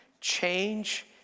change